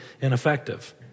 ineffective